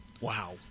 wow